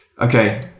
Okay